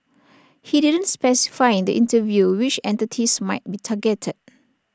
he didn't specify in the interview which entities might be targeted